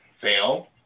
fail